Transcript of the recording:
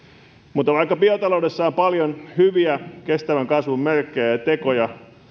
mutta vaikka biotaloudessa on paljon hyviä kestävän kasvun merkkejä ja tekoja